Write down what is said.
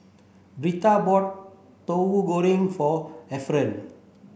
Birtha bought Tauhu Goreng for Ephram